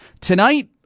Tonight